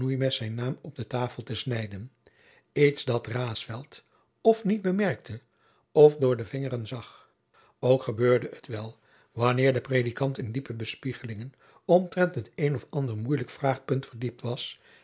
zijn naam op de tafel te snijden iets dat raesfelt of niet bemerkte of door de vingeren zag ook gebeurde het wel wanneer de predikant in diepe bespiegelingen omtrent het een of ander moeielijk vraagpunt verdiept was